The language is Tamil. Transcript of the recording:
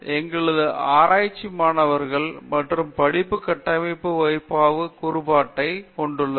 எங்களது ஆராய்ச்சி மாணவர்கள் மற்றும் படிப்பு கட்டமைப்பு பகுப்பாய்வான கூறுபாட்டைக் கொண்டுள்ளது